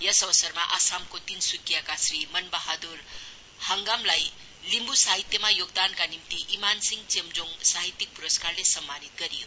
यस अवसरमा आसामको तीनसुकियाका श्री मनबहाद्र हाङगामलाई लिम्बु साहित्यमा योगदानका निम्ति ईमानसिंह चेम्जोङ साहित्यिक प्रस्कारले साम्मानित गरियो